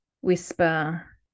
whisper